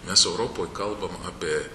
mes europoj kalbam apie